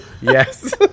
Yes